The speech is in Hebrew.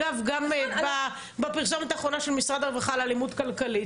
גם בפרסומת האחרונה של משרד הרווחה על אלימות כלכלית,